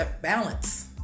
balance